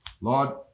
lord